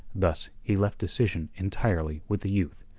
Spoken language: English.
thus, he left decision entirely with the youth.